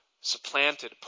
supplanted